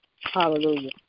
Hallelujah